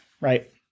right